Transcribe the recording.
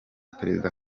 perezida